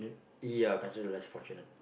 ya considered less fortunate